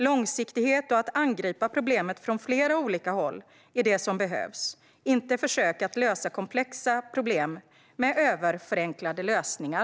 Långsiktighet och att angripa problemet från flera olika håll är det som behövs - inte försök att angripa komplexa problem med överförenklade lösningar.